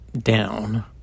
down